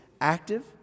active